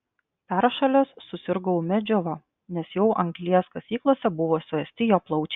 peršalęs susirgo ūmia džiova nes jau anglies kasyklose buvo suėsti jo plaučiai